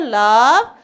love